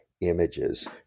images